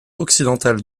occidentale